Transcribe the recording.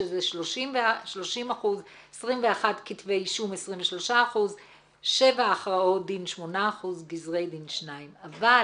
שזה 30%. 21 כתבי אישום 23%. 7 הכרעות דין 8%. גזרי דין 2. אבל